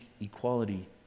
equality